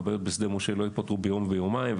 והבעיות בשדה משה לא ייפתרו ביום או ביומיים,